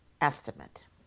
estimate